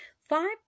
five